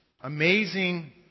amazing